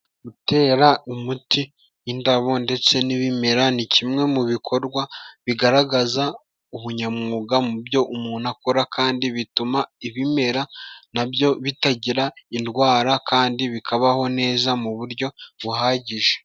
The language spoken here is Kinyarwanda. Gutera umuti indabo ndetse n'ibimera ni kimwe mu bikorwa bigaragaza ubunyamwuga mu byo umuntu akora, kandi bituma ibimera nabyo bitagira indwara kandi bikabaho neza mu buryo buhagije.